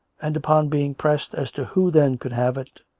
and, upon being pressed as to who then could have it,